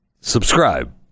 Subscribe